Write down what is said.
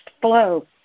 flow